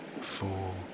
four